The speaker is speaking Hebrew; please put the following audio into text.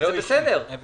יש